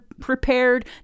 prepared